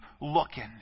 looking